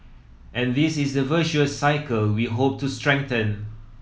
and this is the virtuous cycle we hope to strengthen